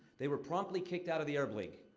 they were promptly kicked out of the arab league.